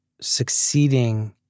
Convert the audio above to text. succeeding